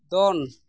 ᱫᱚᱱ